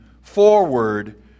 forward